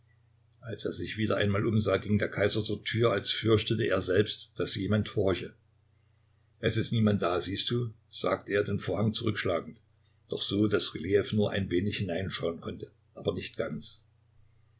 als er sich wieder einmal umsah ging der kaiser zur tür als fürchtete er selbst daß jemand horche es ist niemand da siehst du sagte er den vorhang zurückschlagend doch so daß rylejew nur ein wenig hineinschauen konnte aber nicht ganz